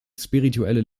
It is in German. spirituelle